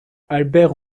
albert